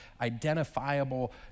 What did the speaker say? identifiable